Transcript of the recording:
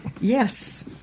Yes